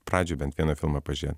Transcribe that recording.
pradžiai bent vieną filmą pažiūrėt